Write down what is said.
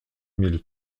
mille